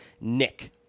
Nick